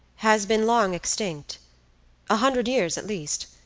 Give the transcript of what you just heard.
has been long extinct a hundred years at least.